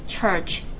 church